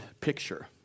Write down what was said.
picture